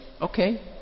okay